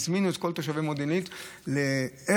הזמינו את כל תושבי מודיעין עילית לערב